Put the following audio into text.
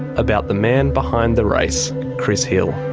about the man behind the race, chris hill.